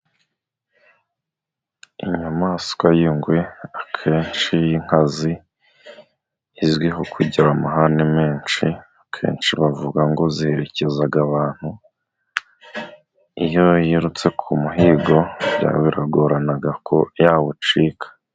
Inyamaswa y'ingwe akenshi y'inkazi izwiho kugira amahane menshi, akenshi bavuga ngo ziherekeza abantu. Iyo yirutse ku muhigo biragorana ko yawucika.